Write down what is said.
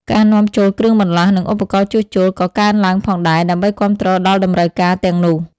ការនាំចូលគ្រឿងបន្លាស់ និងឧបករណ៍ជួសជុលក៏កើនឡើងផងដែរ ដើម្បីគាំទ្រដល់តម្រូវការទាំងនោះ។